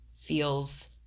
feels